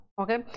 okay